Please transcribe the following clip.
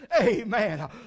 Amen